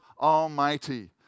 Almighty